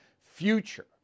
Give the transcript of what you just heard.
Future*